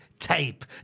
tape